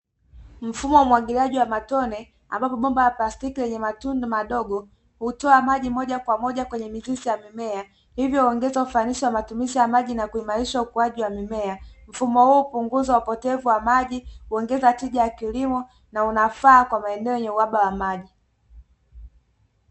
Mfumo wa umwagiliaji wa matone ambapo bomba la plastiki lenye matundu madogo hutoa maji moja kwa moja kwenye mizizi ya mimea hivyo huongeza ufanisi wa matumizi ya na kuimarisha ukuaji wa mimea mfumo huu hupunguza upotevu wa maji, huongeza tija ya kilimo na unafaa kwenye maeneo yenye uhaba wa maji.